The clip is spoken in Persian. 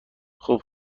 خوب